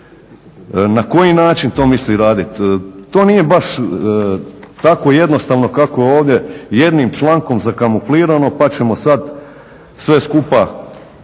Na koji način to misli raditi? To nije baš tako jednostavno kako je ovdje jednim člankom zakamuflirano pa ćemo sad sve skupa